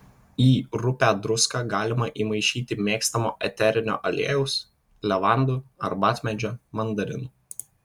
į rupią druską galima įmaišyti mėgstamo eterinio aliejaus levandų arbatmedžio mandarinų